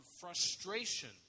frustration